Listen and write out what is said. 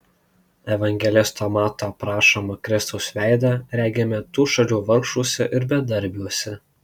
evangelisto mato aprašomą kristaus veidą regime tų šalių vargšuose ir bedarbiuose